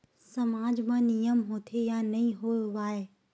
सामाज मा नियम होथे या नहीं हो वाए?